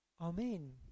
Amen